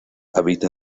habita